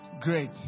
great